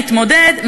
נתמודד,